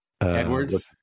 Edwards